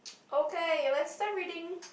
okay let's start reading